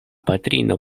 patrino